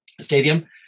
stadium